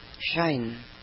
shine